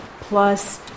Plus